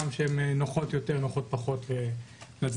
גם אלה שנוחות יותר או נוחות פחות לצדדים.